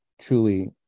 truly